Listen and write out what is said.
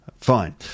Fine